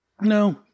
No